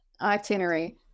Itinerary